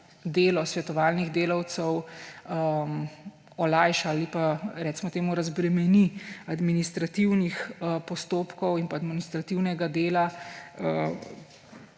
delo svetovalnih delavcev olajša ali pa, recimo temu, razbremeni administrativnih postopkov in administrativnega dela,